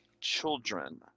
children